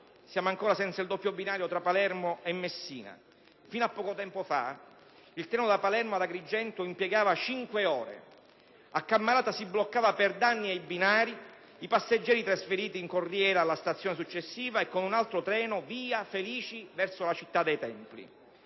Siamo ancora senza il doppio binario tra Palermo e Messina, fino a poco tempo fa il treno da Palermo ad Agrigento impiegava cinque ore, a Cammarata si bloccava per danni ai binari, i passeggeri trasferiti in corriera alla stazione successiva e con un altro treno via, felici, verso la città dei templi.